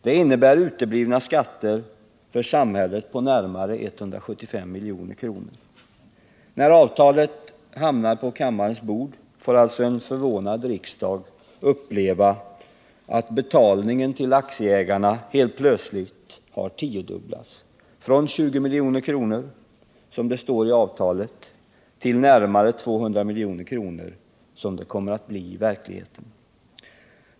Det innebär uteblivna skatter för samhället på närmare 175 milj.kr. När avtalet hamnar på kammarens bord får alltså en förvånad riksdag uppleva att betalningen till aktieägarna helt plötsligt har tiodubblats — från 20 milj.kr., som det står i avtalet, till närmare 200 milj.kr., som det kommer att bli i verkligheten.